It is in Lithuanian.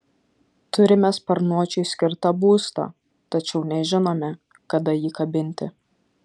turime sparnuočiui skirtą būstą tačiau nežinome kada jį kabinti